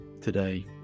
today